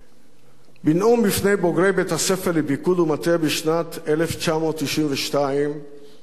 בנאום בפני בוגרי בית-הספר לפיקוד ומטה בשנת 1992 אמר רבין,